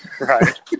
Right